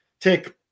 take